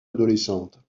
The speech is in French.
adolescente